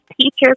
teacher